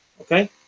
Okay